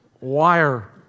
wire